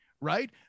right